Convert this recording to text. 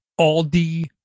Aldi